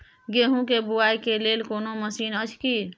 गेहूँ के बुआई के लेल कोनो मसीन अछि की?